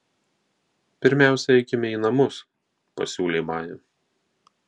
pirmiausia eikime į namus pasiūlė maja